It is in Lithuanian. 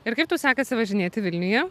ir kaip tau sekasi važinėti vilniuje